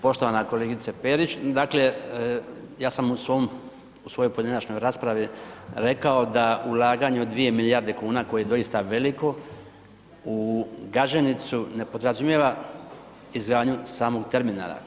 Poštovana kolegice Perić, dakle, ja sam u svojoj pojedinačnoj raspravi rekao da ulaganje od dvije milijarde kuna, koje je doista veliko, u Gaženicu ne podrazumijeva izgradnju samog terminala.